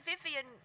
Vivian